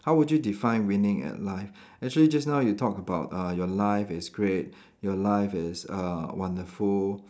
how would you define winning at life actually just now you talk about uh your life is great your life is uh wonderful